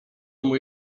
mój